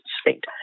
state